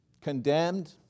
condemned